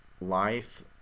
life